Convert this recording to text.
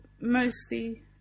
mostly